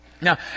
Now